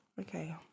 Okay